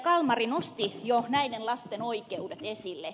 kalmari nosti jo näiden lasten oikeudet esille